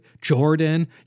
Jordan